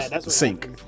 Sink